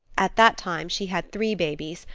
at that time she had three babies,